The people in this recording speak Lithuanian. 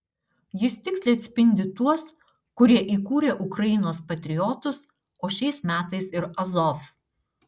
jis tiksliai atspindi tuos kurie įkūrė ukrainos patriotus o šiais metais ir azov